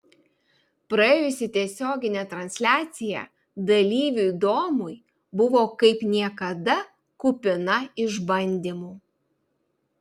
praėjusi tiesioginė transliacija dalyviui domui buvo kaip niekada kupina išbandymų